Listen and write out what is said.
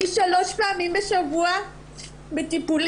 שלוש פעמים בשבוע אני בטיפולים.